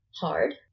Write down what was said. hard